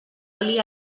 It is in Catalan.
oli